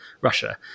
Russia